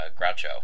Groucho